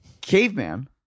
Caveman